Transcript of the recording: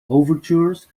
overtures